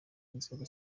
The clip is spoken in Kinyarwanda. nzego